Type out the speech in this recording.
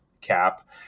Cap